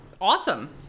awesome